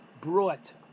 brought